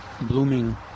blooming